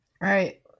Right